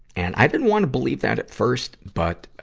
and i didn't wanna believe that at first. but, ah,